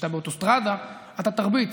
וכשאתה באוטוסטרדה אתה תרביץ.